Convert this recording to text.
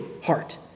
heart